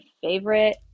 favorite